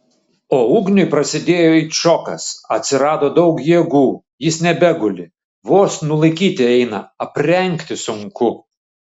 o ugniui prasidėjo it šokas atsirado daug jėgų jis nebeguli vos nulaikyti eina aprengti sunku